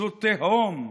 זו תהום,